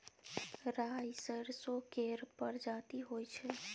राई सरसो केर परजाती होई छै